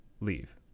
leave